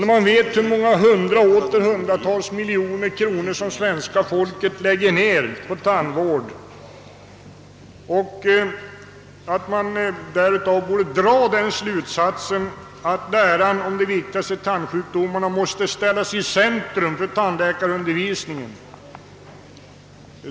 När man vet hur många hundra och åter hundra miljoner kronor som svenska folket lägger ned på tandvård borde man därav dra slutsatsen att läran om de viktigaste tandsjukdomarna måste ställas i centrum för tandläkarundervisningen.